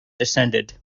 descended